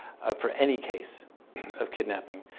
for any case of kidnapping,